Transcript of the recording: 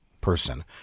person